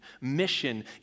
mission